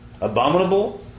abominable